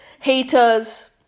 haters